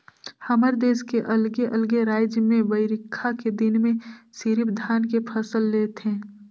हमर देस के अलगे अलगे रायज में बईरखा के दिन में सिरिफ धान के फसल ले थें